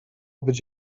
być